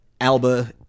Alba